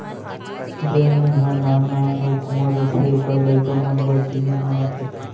जेन ऊन ह नान नान अउ कुंवर रथे ओकर लइका मन बर जिनिस बनाथे